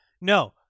No